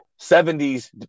70s